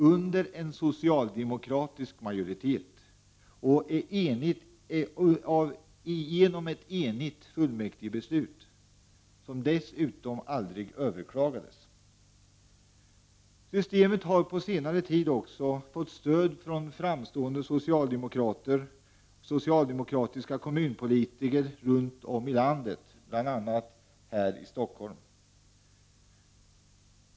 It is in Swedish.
— under en socialdemokratisk majoritet och genom ett enigt fullmäktigebeslut, som dessutom aldrig överklagades. Systemet har på senare tid också fått stöd från framstående socialdemokratiska kommunpolitiker runt om i landet, bl.a. här i Stockholm.